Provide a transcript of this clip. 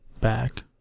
back